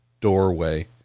doorway